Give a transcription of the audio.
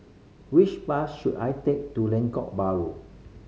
which bus should I take to Lengkok Bahru